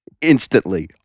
instantly